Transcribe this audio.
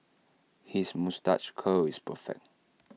his moustache curl is perfect